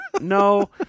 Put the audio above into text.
No